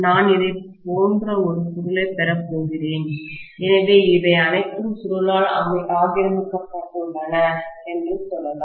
நான் இதைப் போன்ற ஒரு சுருளைப் பெறப் போகிறேன் எனவே இவை அனைத்தும் சுருளால் ஆக்கிரமிக்கப்பட்டுள்ளன என்று சொல்லலாம்